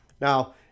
Now